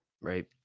Right